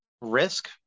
risk